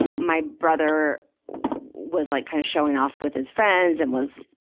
my brother was like kind of showing off with his friends, and was,